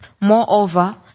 Moreover